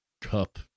cup